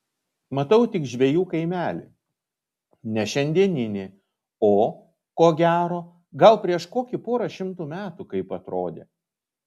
matau tik žvejų kaimelį ne šiandieninį o ko gero gal prieš kokį porą šimtų metų kaip atrodė